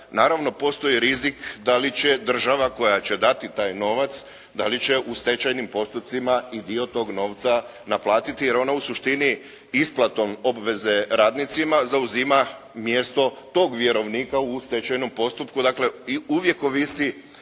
Naravno postoji rizik da li će država koja će dati taj novac, da li će u stečajnim postupcima i dio tog novca naplatiti, jer ona u suštini isplatom obveze radnicima zauzima mjesto tog vjerovnika u stečajnom postupku, dakle i uvijek ovisi